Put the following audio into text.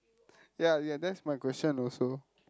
ya ya that's my question also